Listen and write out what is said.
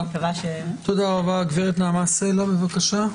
תודה רבה, הגב' נעמה סלע, בבקשה.